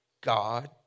God